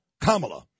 Kamala